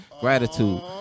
gratitude